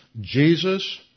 Jesus